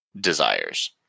desires